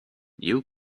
you